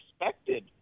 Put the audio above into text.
expected